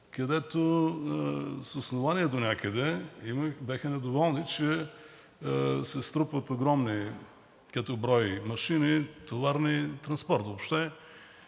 където с основание донякъде бяха недоволни, че се струпват огромни като брой товарни машини, транспорт въобще,